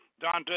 Dante